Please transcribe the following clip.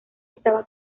estaba